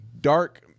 dark